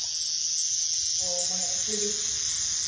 ᱚ ᱢᱟᱱᱮ ᱮᱠᱮᱭ ᱰᱮ ᱴ